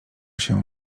się